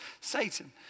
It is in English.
Satan